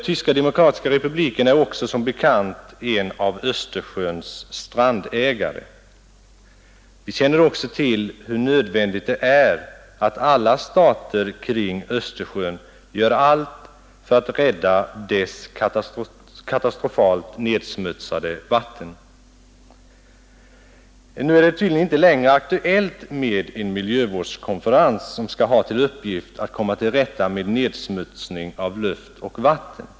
Tyska demokratiska republiken är som bekant en av Östersjöns strandägare. Vi känner också till hur nödvändigt det är att alla stater kring Östersjön gör allt för att rädda dess katastrofalt nedsmutsade vatten. Nu är det tydligen inte längre aktuellt med en miljövårdskonferens som skall ha till uppgift att komma till rätta med nedsmutsning av luft och vatten.